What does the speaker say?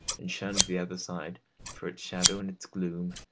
and shunned the other side for its shadow and its gloom.